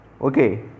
Okay